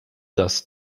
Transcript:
das